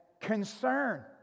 concern